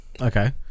okay